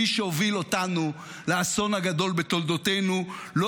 מי שהוביל אותנו לאסון הגדול בתולדותינו לא